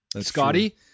Scotty